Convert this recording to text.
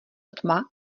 tma